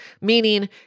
meaning